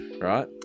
right